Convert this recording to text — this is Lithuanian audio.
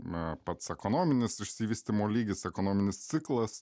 na pats ekonominis išsivystymo lygis ekonominis ciklas